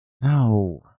No